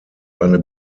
eine